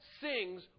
sings